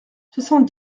soixante